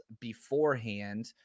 beforehand